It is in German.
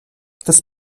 das